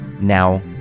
Now